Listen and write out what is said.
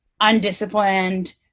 undisciplined